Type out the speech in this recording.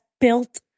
built